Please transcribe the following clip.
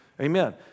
Amen